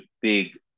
big